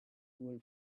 wool